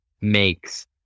makes